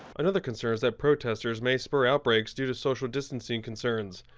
another concern is that protesters may spur outbreaks due to social distancing concerns.